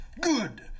Good